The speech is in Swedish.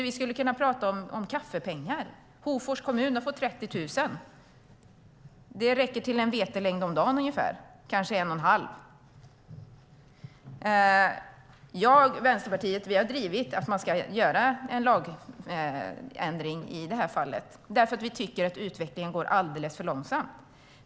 Vi talar om kaffepengar. Hofors kommun får 30 000. Det räcker till en, kanske en och en halv vetelängd om dagen. Vänsterpartiet har drivit att man ska göra en lagändring i detta fall, för vi tycker att utvecklingen går alldeles för långsamt.